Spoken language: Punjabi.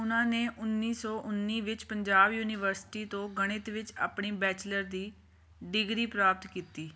ਉਨ੍ਹਾਂ ਨੇ ਉੱਨੀ ਸੌ ਉੱਨੀ ਵਿੱਚ ਪੰਜਾਬ ਯੂਨੀਵਰਸਿਟੀ ਤੋਂ ਗਣਿਤ ਵਿੱਚ ਆਪਣੀ ਬੈਚਲਰ ਦੀ ਡਿਗਰੀ ਪ੍ਰਾਪਤ ਕੀਤੀ